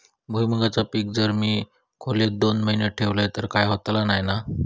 भुईमूगाचा पीक जर मी खोलेत दोन महिने ठेवलंय तर काय होतला नाय ना?